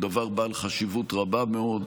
הוא דבר בעל חשיבות רבה מאוד.